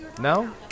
No